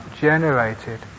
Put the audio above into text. generated